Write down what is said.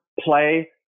play